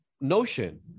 notion